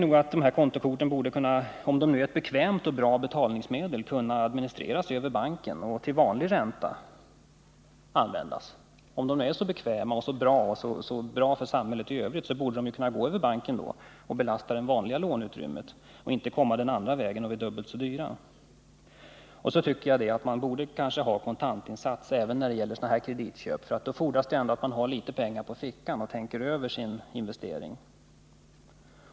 Om kontokorten nu är ett bekvämt betalningsmedel som är bra för samhället borde de, tycker jag, kunna administreras över banken, användas till vanlig ränta och belasta det vanliga låneutrymmet och inte komma den andra vägen och vara dubbelt så dyrt. Vidare tycker jag att man borde ha kontantinsats även när det gäller sådana här kreditköp. Då fordras det ändå att man har litet pengar på fickan och tänker över sin investering.